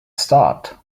start